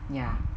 ya